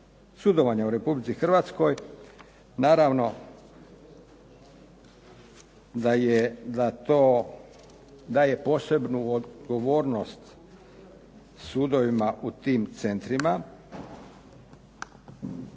sudovanja u Republici Hrvatskoj. Naravno da to daje posebnu odgovornost sudovima u tim centrima.